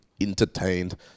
entertained